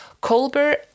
Colbert